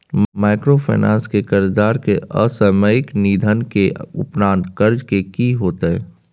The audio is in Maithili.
माइक्रोफाइनेंस के कर्जदार के असामयिक निधन के उपरांत कर्ज के की होतै?